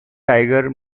tiger